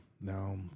now